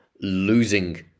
losing